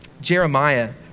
Jeremiah